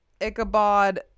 Ichabod